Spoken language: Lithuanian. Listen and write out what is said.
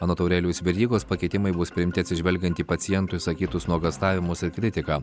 anot aurelijaus verygos pakeitimai bus priimti atsižvelgiant į pacientų išsakytus nuogąstavimus ir kritiką